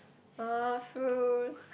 ah fulls